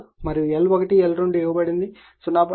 5 మరియు L1 L2 ఇవ్వబడింది 0